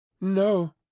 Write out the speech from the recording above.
No